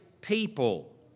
people